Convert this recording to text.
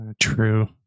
True